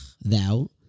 Thou